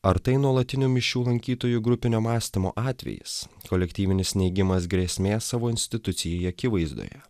ar tai nuolatinių mišių lankytojų grupinio mąstymo atvejis kolektyvinis neigimas grėsmės savo institucijai akivaizdoje